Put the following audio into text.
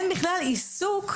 אין בכלל עיסוק,